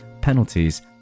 penalties